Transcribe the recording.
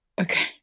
Okay